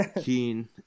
Keen